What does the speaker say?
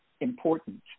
important